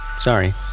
Sorry